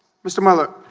mr. mellow